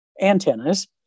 antennas